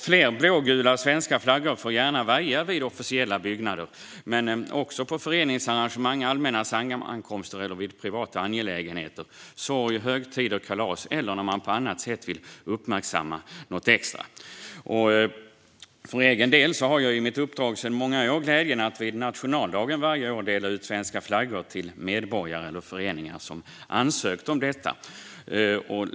Fler blågula svenska flaggor får gärna vaja vid officiella byggnader men också vid föreningsarrangemang, allmänna sammankomster, privata angelägenheter, sorg, högtider, kalas eller när man på annat sätt vill uppmärksamma något extra. För egen del har jag i mitt uppdrag sedan många år glädjen att på nationaldagen varje år dela ut svenska flaggor till medborgare eller föreningar som ansökt om detta.